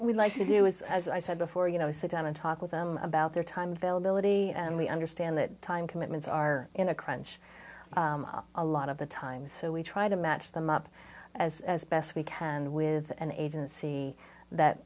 we like to do is as i said before you know sit down and talk with them about their time vale ability and we understand that time commitments are in a crunch a lot of the time so we try to match them up as best we can with an agency that